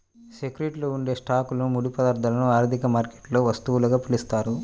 సెక్యూరిటీలలో ఉండే స్టాక్లు, ముడి పదార్థాలను ఆర్థిక మార్కెట్లలో వస్తువులుగా పిలుస్తారు